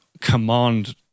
command